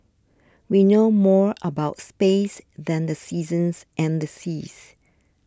we know more about space than the seasons and the seas